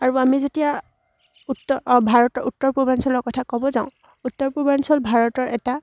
আৰু আমি যেতিয়া উত্তৰ ভাৰতৰ উত্তৰ পূৰ্বাঞ্চলৰ কথা ক'ব যাওঁ উত্তৰ পূৰ্বাঞ্চল ভাৰতৰ এটা